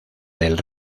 del